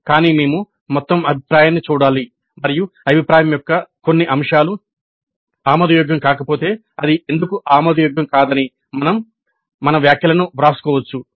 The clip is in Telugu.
కానీ మేము మొత్తం అభిప్రాయాన్ని చూడాలి మరియు అభిప్రాయం యొక్క కొన్ని అంశాలు ఆమోదయోగ్యం కాకపోతే అది ఎందుకు ఆమోదయోగ్యం కాదని మన వ్యాఖ్యలను వ్రాసుకోవచ్చు